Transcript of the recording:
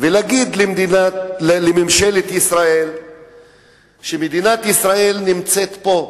ולהגיד לממשלת ישראל שמדינת ישראל נמצאת פה,